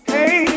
Hey